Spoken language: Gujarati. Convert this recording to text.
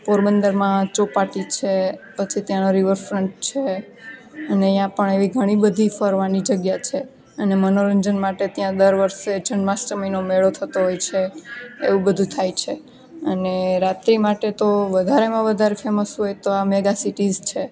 પોરબંદરમા ચોપાટી છે પછી ત્યાંનો રિવરફ્રંટ છે અને અહીંયા પણ એવી ઘણી બધી ફરવાની જગ્યા છે અને મનોરંજન માટે ત્યાં દર વર્ષે જન્માષ્ટમીનો મેળો થતો હોય છે એવું બધું થાય છે અને રાત્રિ માટે તો વધારેમાં વધારે ફેમસ હોય તો આ મેગા સિટીસ છે